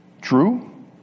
true